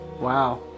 Wow